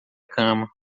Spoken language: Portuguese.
cama